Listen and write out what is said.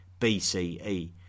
BCE